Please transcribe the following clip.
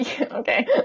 okay